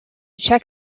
check